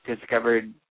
discovered